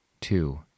Two